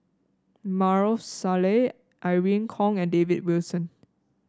Maarof Salleh Irene Khong and David Wilson